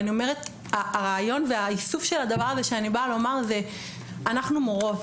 אני אומרת שהרעיון והאיסוף של הדבר הזה שאני באה לומר הוא שאנחנו מורות.